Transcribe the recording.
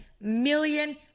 million